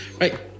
Right